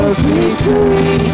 victory